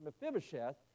mephibosheth